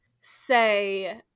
Say